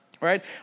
right